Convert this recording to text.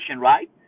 right